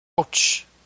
Ouch